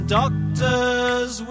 doctors